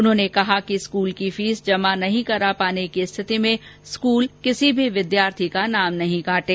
उन्होंने कहा कि स्कूल की फीस जमा नहीं करा पाने की स्थिति में स्कूल किसी भी विद्यार्थी का नाम नहीं काटें